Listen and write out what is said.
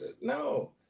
no